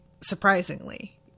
surprisingly